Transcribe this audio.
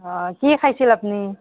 অঁ কি খাইছিল আপুনি